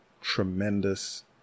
tremendous